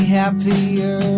happier